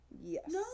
Yes